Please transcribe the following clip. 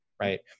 right